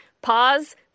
Pause